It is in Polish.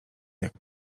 jak